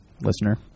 listener